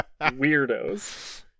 weirdos